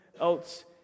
else